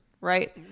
right